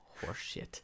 horseshit